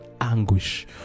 anguish